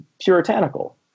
puritanical